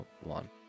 one